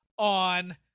on